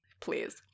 please